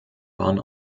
waren